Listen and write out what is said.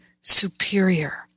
superior